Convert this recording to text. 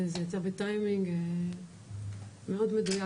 וזה יוצא בטיימינג מאוד מדויק